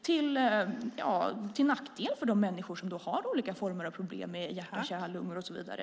Det är till nackdel för människor som har olika former av problem med hjärta, kärl, lungor och så vidare.